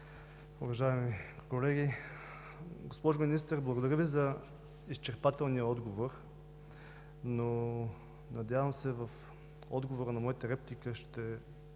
уважаеми колеги! Госпожо Министър, благодаря Ви за изчерпателния отговор, но надявам се в отговора на моята реплика да